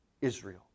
Israel